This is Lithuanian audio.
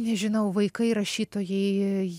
nežinau vaikai rašytojai